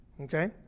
okay